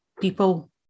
people